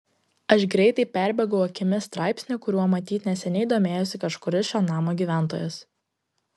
aš greitai perbėgau akimis straipsnį kuriuo matyt neseniai domėjosi kažkuris šio namo gyventojas